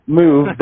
move